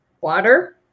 Water